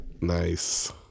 Nice